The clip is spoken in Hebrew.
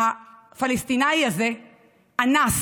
הפלסטיני הזה אנס,